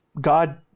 God